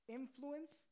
influence